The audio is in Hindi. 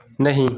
नहीं